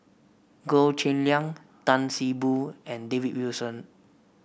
Goh Cheng Liang Tan See Boo and David Wilson